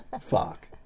fuck